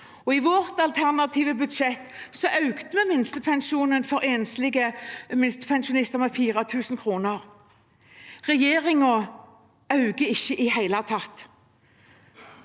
i vårt alternative budsjett økte vi minstepensjonen for enslige minstepensjonister med 4 000 kr. Regjeringen øker ikke den i det hele tatt.